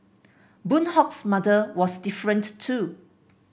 Boon Hock's mother was different too